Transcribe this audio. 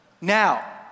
Now